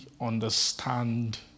understand